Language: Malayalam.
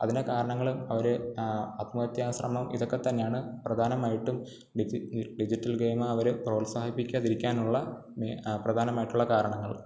അതിന്റെ കാരണങ്ങൾ അവർ അത്മഹത്യാശ്രമം ഇതൊക്കെത്തന്നെയാണ് പ്രധാനമായിട്ടും ഡിജി ഡിജിറ്റൽ ഗെയിമവർ പ്രോത്സാഹിപ്പിക്കാതിരിക്കാനുള്ള പ്രധാനമായിട്ടുള്ള കാരണങ്ങൾ